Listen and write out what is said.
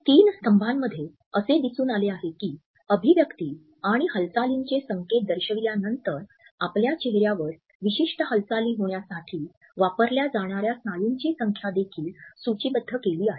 तीन स्तंभांमध्ये असे दिसून आले आहे की अभिव्यक्ति आणि हालचालींचे संकेत दर्शविल्यानंतर आपल्या चेहऱ्यावर विशिष्ट हालचाली होण्यासाठी वापरल्या जाणार्या स्नायूंची संख्या देखील सूचीबद्ध केली आहे